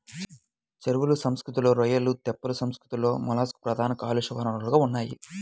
చెరువుల సంస్కృతిలో రొయ్యలు, తెప్పల సంస్కృతిలో మొలస్క్లు ప్రధాన కాలుష్య వనరులుగా ఉన్నాయి